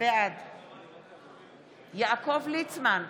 בעד יעקב ליצמן,